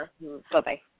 Bye-bye